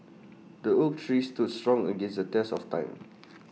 the oak tree stood strong against the test of time